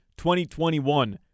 2021